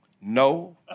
No